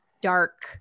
dark